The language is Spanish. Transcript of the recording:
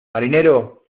marinero